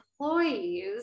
employees